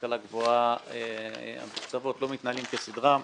להשכלה גבוהה המתוקצבות לא מתנהלות כסדרם.